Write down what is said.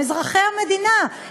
הם אזרחי המדינה,